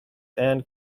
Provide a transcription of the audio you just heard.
and